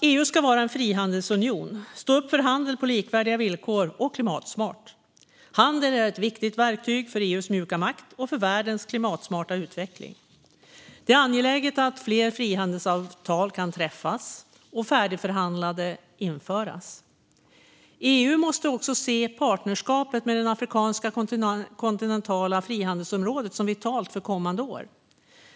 EU ska vara en frihandelsunion, stå upp för handel på likvärdiga villkor och vara klimatsmart. Handel är ett viktigt verktyg för EU:s mjuka makt och för världens klimatsmarta utveckling. Det är angeläget att fler frihandelsavtal kan träffas och färdigförhandlade införas. EU måste också se partnerskapet med det afrikanska kontinentala frihandelsområdet som vitalt för kommande år.